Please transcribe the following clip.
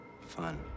fun